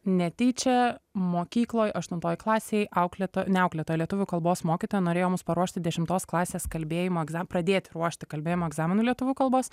netyčia mokykloj aštuntoj klasėj auklėto ne auklėtoja lietuvių kalbos mokytoja norėjo mus paruošti dešimtos klasės kalbėjimo egza pradėt ruošti kalbėjimo egzaminui lietuvių kalbos